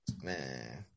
man